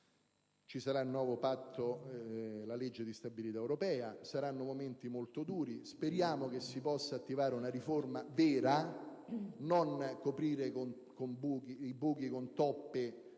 Ci sarà il nuovo Patto, la legge di stabilità europea, saranno momenti molto duri. Speriamo che si possa avviare una riforma vera, che si smetta di coprire i buchi con toppe,